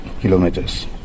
kilometers